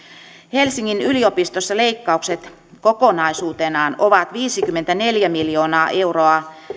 helsingin yliopistossa leikkaukset kokonaisuutenaan ovat viisikymmentäneljä miljoonaa euroa